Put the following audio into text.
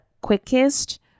quickest